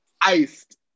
Iced